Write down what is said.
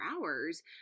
hours